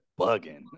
bugging